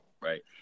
right